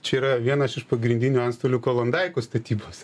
čia yra vienas iš pagrindinių antstolių kolondaikų statybos